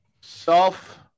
self